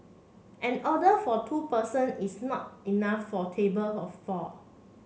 an order for two person is not enough for a table of four